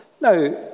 Now